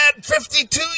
52